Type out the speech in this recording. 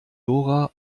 dora